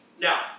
Now